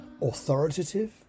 Authoritative